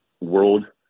world